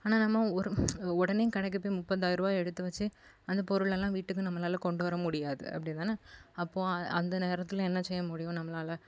ஆனால் நம்ம ஒரு உடனே கடைக்கு போய் முப்பதாயிருபா எடுத்து வச்சு அந்த பொருளெல்லாம் வீட்டுக்கு நம்மளால் கொண்டு வர முடியாது அப்படிதான அப்போது அந்த நேரத்தில் என்ன செய்ய முடியும் நம்மளால்